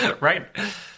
Right